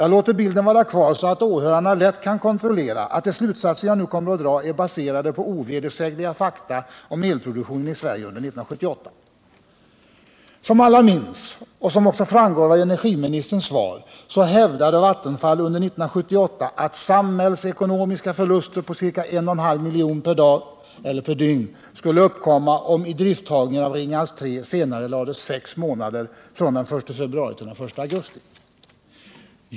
Jag låter bilden vara kvar, så att åhörarna lätt kan kontrollera att de slutsatser jag nu kommer att dra är baserade på ovedersägliga fakta om elproduktionen i Sverige under 1978. Som alla minns och som också framgår av energiministerns svar hävdade Vattenfall under 1978 att samhällsekonomiska förluster på ca 1,5 miljon per dygn skulle uppkomma, om idrifttagningen av Ringhals 3 senarelades sex månader, från den 1 februari till den 1 augusti.